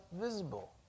visible